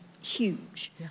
huge